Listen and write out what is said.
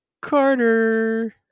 Carter